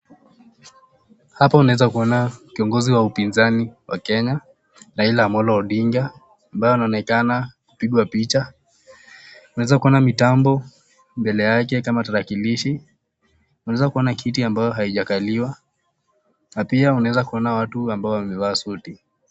Hapa unaweza kuona kiongozi wa upinzani wa Kenya Raila Amolo Odinga ambaye anaonekana kupigwa picha. Tunaweza kuona mitambo mbele yake kama tarakilishi. Tunaweza kuona kiti ambayo haijakaliwa na pia tunaweza Kuona watu ambao wamevaa suti.